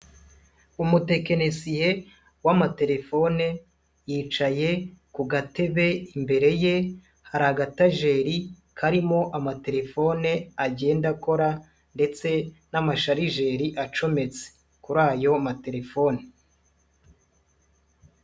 Umutekinisiye w'amatelefone yicaye ku gatebe imbere ye hari agatajeri karimo amatelefone agenda akora, ndetse n'amasharijeri acometse kuri ayo matelefoni.